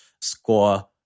score